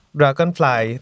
dragonfly